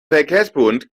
verkehrsverbund